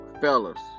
fellas